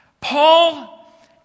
Paul